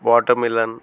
watermelon